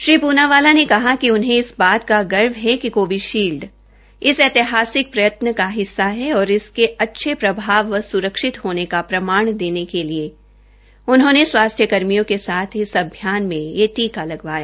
श्री पूनावाला ने कहा कि उन्हें इस बाद पर गर्व है कि कोवीषील्ड इस ऐतिहासिक प्रत्यत्न का हिस्सा है और इसके अच्छे प्रभाव व सुरक्षित होने का प्रमाण देने के लिए उन्होंने स्वास्थ्य कर्मियों के साथ इस अभियान में यह टीका लगवाया